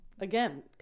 Again